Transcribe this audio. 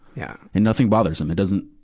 yeah and nothing bothers him. it doesn't,